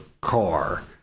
car